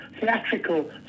theatrical